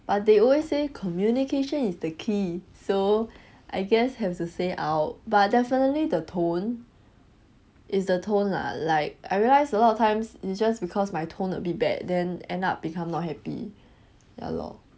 but they always say communication is the key so I guess have to say out but definitely the tone is the tone lah like I realized a lot of times it's just because my tone a bit bad then end up become not happy ya lor